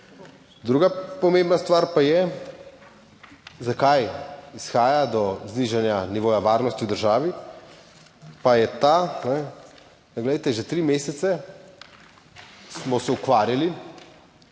Druga pomembna stvar pa je zakaj izhaja do znižanja nivoja varnosti v državi pa je ta, glejte že tri mesece smo se ukvarjali